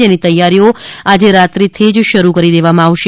જેની તૈયારીઓ આજ રાત્રીથી જ શરૂ કરી દેવામાં આવશે